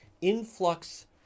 Influx